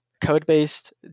code-based